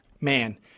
Man